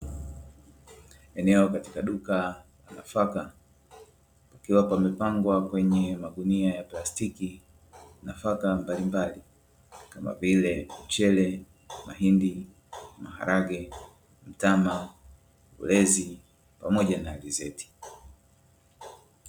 Eneo katika duka la nafaka kukiwa pamepangwa kwenye magunia ya plastiki nafaka mbalimbali kama vile:- mchele, mahindi, maharage, mtama, ulezi pamoja na alizeti.